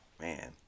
Man